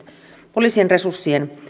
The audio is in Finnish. poliisien resurssien